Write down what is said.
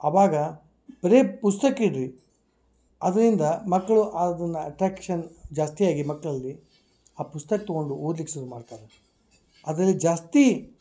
ಅವಾಗ ಬರೇ ಪುಸ್ತಕ ಇರಲಿ ಅದರಿಂದ ಮಕ್ಕಳು ಆದುನ ಅಟ್ರ್ಯಾಕ್ಷನ್ ಜಾಸ್ತಿಯಾಗಿ ಮಕ್ಕಳಲ್ಲಿ ಆ ಪುಸ್ತಕ ತೊಗೊಂಡು ಓದ್ಲಿಕ್ಕೆ ಶುರು ಮಾಡ್ತಾರೆ ಅದರಲ್ಲಿ ಜಾಸ್ತಿ